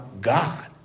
God